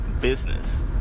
business